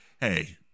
hey